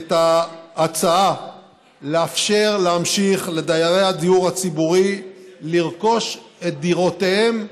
את ההצעה להמשיך לאפשר לדיירי הדיור הציבורי לרכוש את דירותיהם,